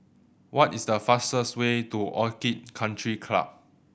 what is the fastest way to Orchid Country Club